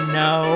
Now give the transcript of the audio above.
no